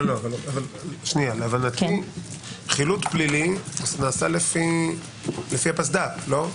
להבנתי חילוט פלילי נעשה באמצעות הפסד"פ, לא?